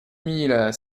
mille